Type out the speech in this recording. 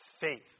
faith